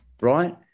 right